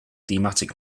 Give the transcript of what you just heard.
thematic